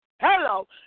Hello